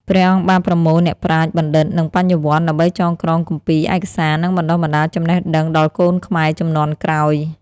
ព្រះអង្គបានប្រមូលអ្នកប្រាជ្ញ បណ្ឌិត និងបញ្ញវន្ត ដើម្បីចងក្រងគម្ពីរ ឯកសារ និងបណ្ដុះបណ្ដាលចំណេះដឹងដល់កូនខ្មែរជំនាន់ក្រោយ ។